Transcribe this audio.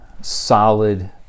solid